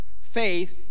Faith